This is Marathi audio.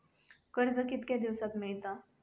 कर्ज कितक्या दिवसात मेळता?